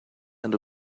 and